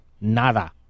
Nada